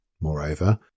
Moreover